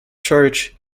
church